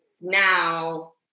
now